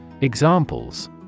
Examples